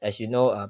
as you know ah